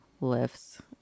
lifts